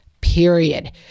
period